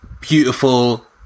Beautiful